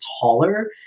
taller